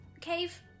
cave